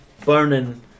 burning